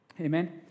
Amen